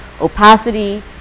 Opacity